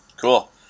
Cool